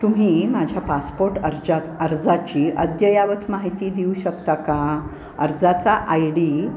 तुम्ही माझ्या पासपोर्ट अर्जात अर्जाची अद्ययावत माहिती देऊ शकता का अर्जाचा आय डी